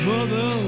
Mother